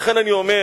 לכן אני אומר,